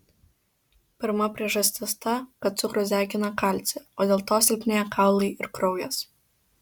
pirma priežastis ta kad cukrus degina kalcį o dėl to silpnėja kaulai ir kraujas